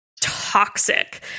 toxic